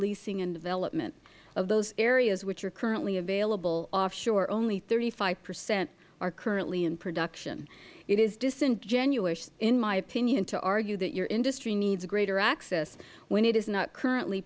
leasing and development of those areas which are currently available offshore only thirty five percent are currently in production it is disingenuous in my opinion to argue that your industry needs greater access when it is not currently